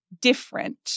different